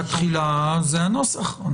התחילה זה הנוסח.